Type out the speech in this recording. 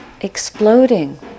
exploding